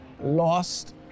lost